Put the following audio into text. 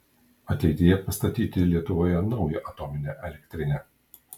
ateityje pastatyti lietuvoje naują atominę elektrinę